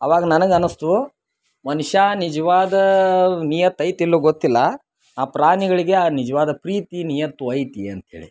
ಆವಾಗ ನನಗೆ ಅನ್ನಿಸಿತು ಮನುಷ್ಯ ನಿಜವಾದ ನೀಯತ್ತು ಐತಿಲ್ಲೊ ಗೊತ್ತಿಲ್ಲ ಆ ಪ್ರಾಣಿಗಳಿಗೆ ಆ ನಿಜವಾದ ಪ್ರೀತಿ ನೀಯತ್ತು ಐತಿ ಅಂಥೇಳಿ